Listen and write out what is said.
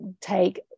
take